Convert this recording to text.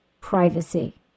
privacy